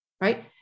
right